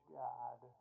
god